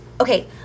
Okay